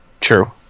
true